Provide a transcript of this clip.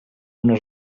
uno